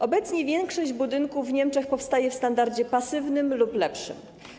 Obecnie większość budynków w Niemczech powstaje w standardzie pasywnym lub lepszym.